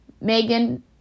Megan